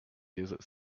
desert